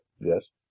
Yes